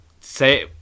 say